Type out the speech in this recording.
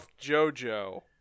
JoJo